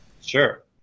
Sure